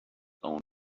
own